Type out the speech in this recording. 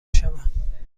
شوم